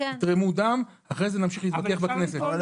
תתרמו דם ואחרי זה נמשיך להתווכח בכנסת.